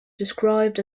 described